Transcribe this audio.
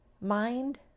Mind